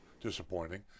disappointing